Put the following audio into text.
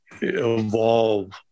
evolve